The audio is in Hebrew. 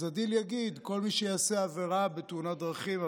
אז הדיל יגיד: כל מי שיעשה עבירה בתאונת דרכים,